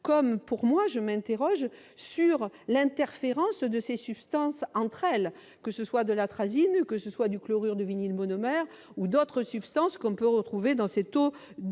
En outre, je m'interroge sur l'interférence de ces substances entre elles, que ce soit l'atrazine, le chlorure de vinyle monomère ou d'autres substances que l'on peut retrouver dans l'eau